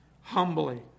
humbly